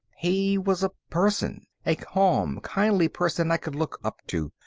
he was a person, a calm, kindly person i could look up to.